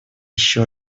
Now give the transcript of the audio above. еще